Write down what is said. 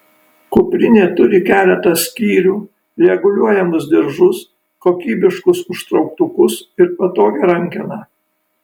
kuprinė turi keletą skyrių reguliuojamus diržus kokybiškus užtrauktukus ir patogią rankeną